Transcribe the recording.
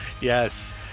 yes